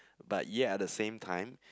but yet at the same time